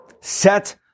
Set